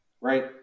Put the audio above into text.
Right